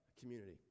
community